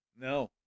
No